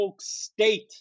State